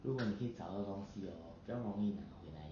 如果你可以找到东西 hor 比较容易拿回来